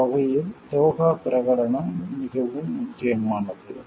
அந்த வகையில் தோஹா பிரகடனம் மிகவும் முக்கியமானது